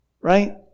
right